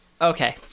Okay